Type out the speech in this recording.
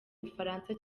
bufaransa